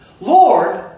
Lord